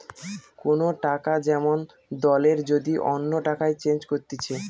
কোন টাকা যেমন দলের যদি অন্য টাকায় চেঞ্জ করতিছে